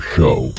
Show